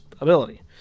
ability